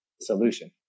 solution